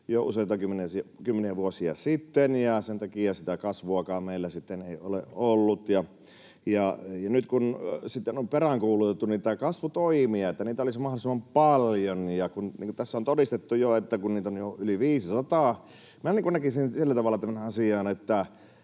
jo useita kymmeniä vuosia sitten, ja sen takia sitä kasvuakaan meillä sitten ei ole ollut. Nyt kun sitten on peräänkuulutettu niitä kasvutoimia, että niitä olisi mahdollisimman paljon, niin tässä on todistettu jo, että niitä on jo yli 500. Minä näkisin sillä tavalla tämän